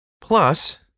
Plus